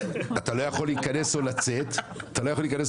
אתה לא יכול להיכנס או לצאת כי